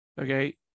Okay